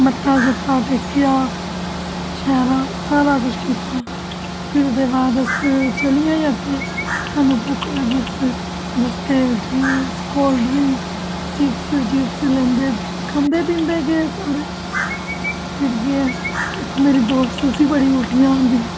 मत्था शत्था टेकेआ शैल सारा कुछ कीता फिर ओहदे बाद अस चली गे अग्गै स्हानू भुक्ख लग्गी गेई रस्ते च जूस कोलड्रिंक चिप्स लेंदे खंदे पींदे गे सारे फिर गे इक मेरी दोस्त उसी बड़ी उल्टी होंदियां